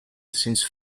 since